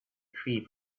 tree